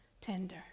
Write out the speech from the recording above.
tender